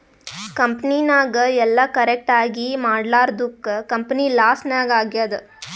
ಕಂಪನಿನಾಗ್ ಎಲ್ಲ ಕರೆಕ್ಟ್ ಆಗೀ ಮಾಡ್ಲಾರ್ದುಕ್ ಕಂಪನಿ ಲಾಸ್ ನಾಗ್ ಆಗ್ಯಾದ್